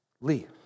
Lee